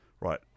Right